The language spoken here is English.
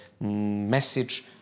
message